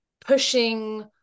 pushing